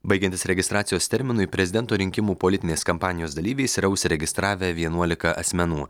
baigiantis registracijos terminui prezidento rinkimų politinės kampanijos dalyviais yra užsiregistravę vienuolika asmenų